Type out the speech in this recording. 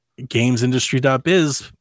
gamesindustry.biz